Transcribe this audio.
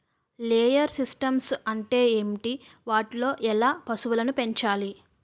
Layer systems అంటే ఏంటి? వాటిలో ఎలా పశువులను పెంచాలి?